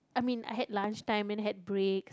I mean I had lunch time and had breaks